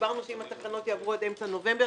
דיברנו שאם התקנות יעברו עד אמצע נובמבר